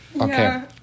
Okay